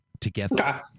together